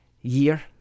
year